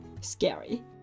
Scary